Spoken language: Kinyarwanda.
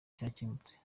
cyakemutse